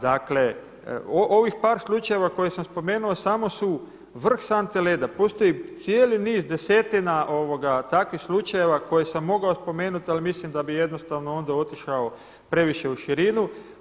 Dakle ovih par slučajeva koje sam spomenuo samo su vrh sante leda, postoji cijeli niz desetina takvih slučajeva koje sam mogao spomenuti ali mislim da bi jednostavno onda otišao previše u širinu.